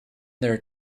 their